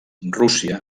rússia